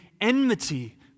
enmity